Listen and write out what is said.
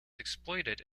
exploited